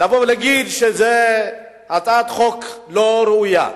להגיד שזו הצעת חוק לא ראויה.